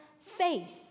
faith